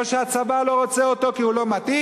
או שהצבא לא רוצה אותו כי הוא לא מתאים,